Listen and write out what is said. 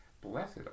Blessed